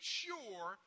sure